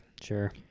sure